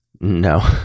No